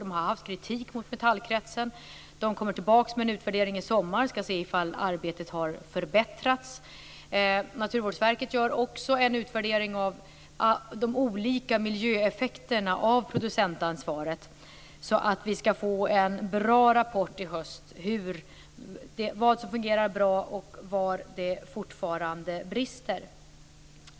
Man har framfört kritik mot Metallkretsen. Man kommer tillbaka med en utvärdering i sommar. Man skall se om arbetet har förbättrats. Naturvårdsverket gör också en utvärdering av de olika miljöeffekterna av producentansvaret, så att vi skall få en bra rapport i höst om vad som fungerar bra och var det fortfarande brister.